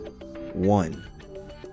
One